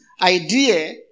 idea